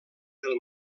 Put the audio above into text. del